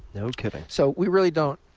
no kidding. so we really don't.